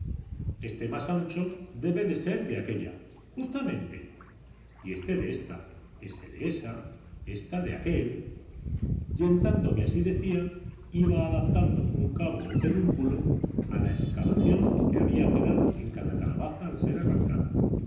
este más ancho debe de ser de aquélla justamente y éste es de ésta ése es de ésa ésta es de aquél y en tanto que así decía iba adaptando un cabo o pedúnculo a la excavación que había quedado en cada calabaza al ser arrancada